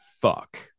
fuck